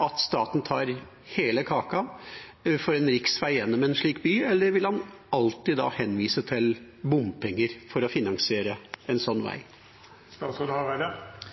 at staten tar hele kaka for en riksvei gjennom en sånn by, eller vil han alltid da henvise til bompenger for å finansiere en sånn